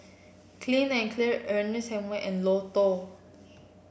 Clean and Clear Ernest Hemingway and Lotto